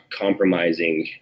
compromising